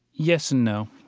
yes and no.